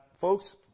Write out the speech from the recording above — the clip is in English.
folks